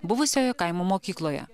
buvusioje kaimo mokykloje